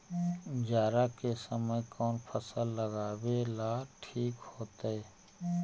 जाड़ा के समय कौन फसल लगावेला ठिक होतइ?